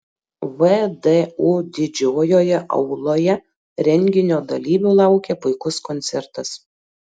vdu didžiojoje auloje renginio dalyvių laukė puikus koncertas